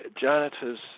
Janitor's